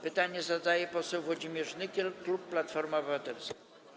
Pytanie zadaje poseł Włodzimierz Nykiel, klub Platforma Obywatelska.